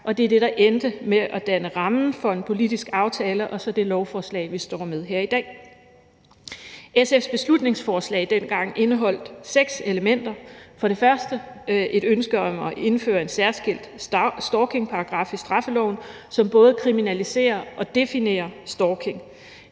der endte med at danne rammen for en politisk aftale og det lovforslag, vi står med her i dag. SF's beslutningsforslag dengang indeholdt seks elementer. For det første var der et ønske om at indføre en særskilt stalkingparagraf i straffeloven, som både kriminaliserer og definerer stalking.